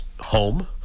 home